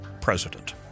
president